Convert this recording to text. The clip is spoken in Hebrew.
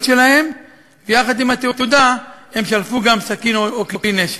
שלהם ויחד עם התעודה הם שלפו גם סכין או כלי נשק.